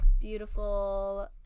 beautiful